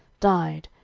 died,